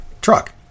truck